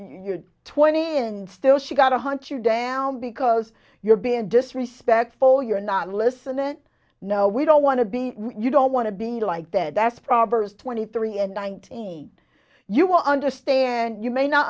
you're twenty and still she got to hunt you down because you're being disrespectful you're not listening no we don't want to be you don't want to be like that that's proverbs twenty three and nineteen you understand you may not